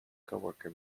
coworker